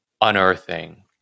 unearthing